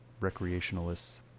recreationalists